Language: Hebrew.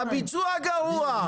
הביצוע גרוע.